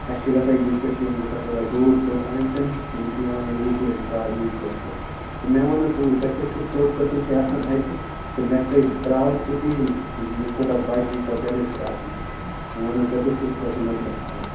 اَسہِ چھِ گژھان عیٖد پٮ۪ٹھ چھِ یِمن گژھان تھوڑا دوٗر ژوٚٹ انٕنۍ تہٕ یِم چھِ مےٚ ونان یتٮ۪تھ کیٛازِ ترٛاوَکھ عیٖد ژوٚٹ ژٕ مےٚ ووٚن نا ژٕے ژےٚ کُس کُس ژوٚٹ قِٕسٕم چھےٚ آسان اَتہِ تہٕ مےٚ کٔہۍ ترٛاوَکھ ژٕ تہٕ یِم مےٚ کوٗتاہ بچہِ یہِ بینِفِٹ اَتھ منٛز مےٚ ون حظ ژےٚ کُس کُس قٕسم حظ چھُ آسان اَتہِ